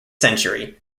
century